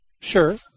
Sure